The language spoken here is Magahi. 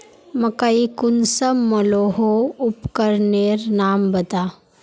मकई कुंसम मलोहो उपकरनेर नाम बता?